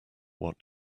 what